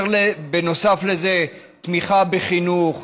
בנוסף לזה, בתמיכה בחינוך,